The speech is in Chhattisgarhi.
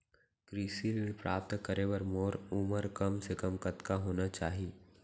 कृषि ऋण प्राप्त करे बर मोर उमर कम से कम कतका होना चाहि?